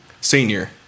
Senior